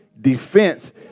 defense